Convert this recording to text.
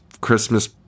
Christmas